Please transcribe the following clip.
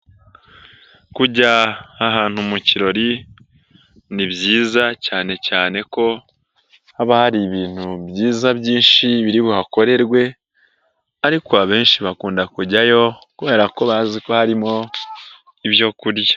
Kujya hantu mu kirori ni byiza cyane cyane ko haba hari ibintu byiza byinshi biri buhakorerwe, ariko abenshi bakunda kujyayo kubera ko bazi ko harimo ibyo kurya.